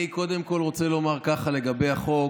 אני קודם כול רוצה להגיד ככה לגבי החוק: